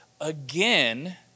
again